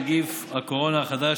נגיף הקורונה החדש),